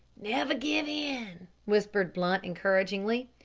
never give in, whispered blunt encouragingly.